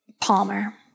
Palmer